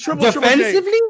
defensively